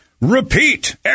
repeat